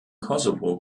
kosovo